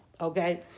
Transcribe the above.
Okay